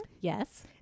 Yes